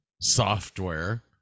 software